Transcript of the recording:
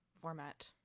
format